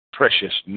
precious